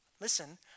listen